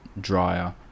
drier